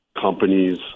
companies